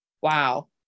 Wow